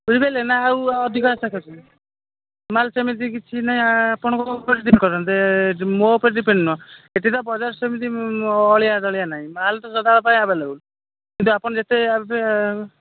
ବୁଝିପାରିଲେ ନା ଆଉ ଅଧିକ ଆଶା କରୁଛନ୍ତି ମାଲ ସେମିତି କିଛି ନାଇଁ ଆପଣଙ୍କ ଉପରେ ଡିପେଣ୍ଡ କରନ୍ତେ ମୋ ଉପରେ ଡିପେଣ୍ଡ ନାହଁ ଏଠି ତ ବଜାର ସେମିତି ଅଳିଆ ଜଳିଆ ନାହିଁ ମାଲ ତ ସଦାବେଳ ପାଇଁ ଆଭେଲେବୁଲ କିନ୍ତୁ ଆପଣ ଯେତେ